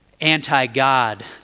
anti-God